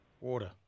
Water